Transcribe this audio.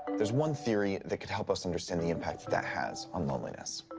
there's one theory that could help us understand the impact that has on loneliness.